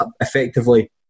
effectively